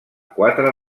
quatre